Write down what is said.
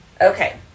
Okay